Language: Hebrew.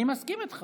אני מסכים איתך,